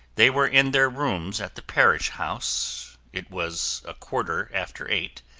they were in their rooms at the parish house it was a quarter after eight,